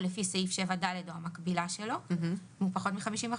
לפי סעיף 7ד או המקבילה שלו אם אחוזי הנכות שלו הם פחות מ-50%,